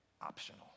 optional